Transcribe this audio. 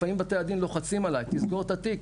לפעמים בתי הדין לוחצים עליי תסגור את התיק,